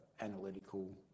analytical